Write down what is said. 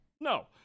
No